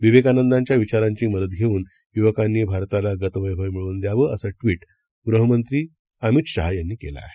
विवेकानंदांच्याविचारांचीमदतघेऊनयुवकांनीभारतालागतवैभवमिळवूनद्यावं असंट्वीटगृहमंत्रीअमितशाहयांनीकेलंआहे